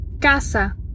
Casa